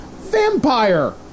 vampire